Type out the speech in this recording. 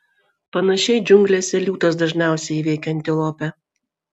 panašiai džiunglėse liūtas dažniausiai įveikia antilopę